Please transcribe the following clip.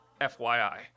FYI